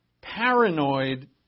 paranoid